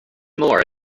more